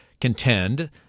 contend